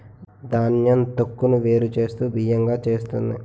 ధాన్యం తొక్కును వేరు చేస్తూ బియ్యం గా చేస్తుంది